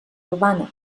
urbana